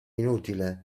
inutile